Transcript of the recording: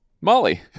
Molly